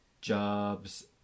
jobs